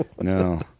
No